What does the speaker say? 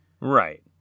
Right